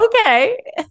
Okay